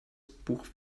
buch